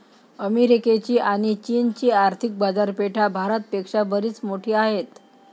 अमेरिकेची आणी चीनची आर्थिक बाजारपेठा भारत पेक्षा बरीच मोठी आहेत